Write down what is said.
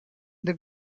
the